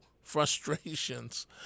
frustrations